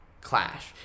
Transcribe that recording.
Clash